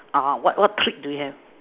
uh what what treat do you have